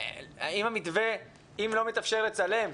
אם לא מתאפשר לצלם כרגע,